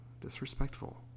disrespectful